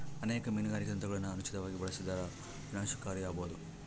ಅನೇಕ ಮೀನುಗಾರಿಕೆ ತಂತ್ರಗುಳನ ಅನುಚಿತವಾಗಿ ಬಳಸಿದರ ವಿನಾಶಕಾರಿ ಆಬೋದು